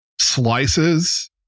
Slices